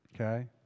Okay